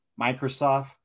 Microsoft